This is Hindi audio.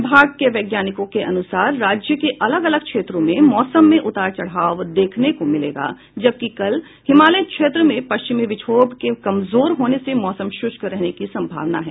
विभाग के वैज्ञानिकों के अनुसार राज्य के अलग अलग क्षेत्रों में मौसम में उतार चढ़ाव देखने को मिलेगा जबकि कल हिमालय क्षेत्र में पश्चिमी विक्षोभ के कमजोर होने से मौसम शुष्क रहने की संभावना है